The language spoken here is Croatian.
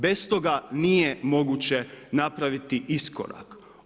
Bez toga nije moguće napraviti iskorak.